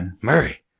Murray